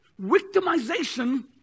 Victimization